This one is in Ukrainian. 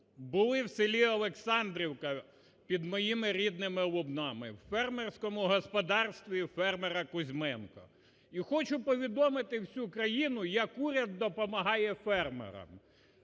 Були в селі Олександрівка під моїми рідними Лубнами у фермерському господарстві у фермера Кузьменко. І хочу повідомити всю країну як уряд допомагає фермерам.